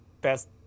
best